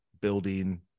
building